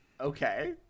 Okay